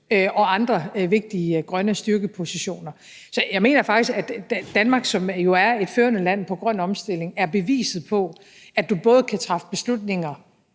og andre vigtige grønne styrkepositioner. Så jeg mener faktisk, at Danmark, som jo er et førende land på grøn omstilling, er beviset på, at du både kan træffe beslutninger